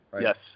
Yes